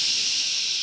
ששש.